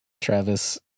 Travis